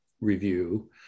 review